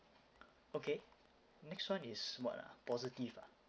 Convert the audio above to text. okay next [one] is what ah positive ah